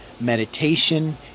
meditation